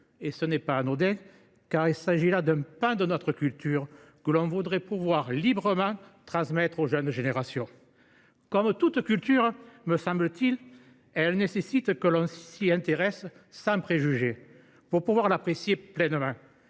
Ce n’est pas anodin, car il s’agit là d’un pan de notre culture que l’on voudrait pouvoir librement transmettre aux jeunes générations. Comme toute culture, elle nécessite que l’on s’y intéresse sans préjugés afin de l’apprécier pleinement